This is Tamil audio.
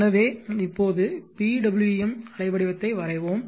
எனவே இப்போது PWM அலைவடிவத்தை வரைவோம்